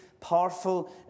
powerful